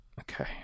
Okay